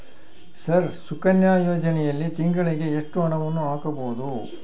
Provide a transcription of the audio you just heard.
Sir Sukanya ಯೋಜನೆಯಲ್ಲಿ ತಿಂಗಳಿಗೆ ಎಷ್ಟು ಹಣವನ್ನು ಹಾಕಬಹುದು?